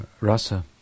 rasa